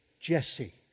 Jesse